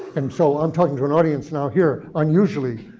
and so i'm talking to an audience now here, unusually,